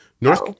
North